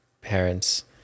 parents